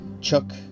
Chuck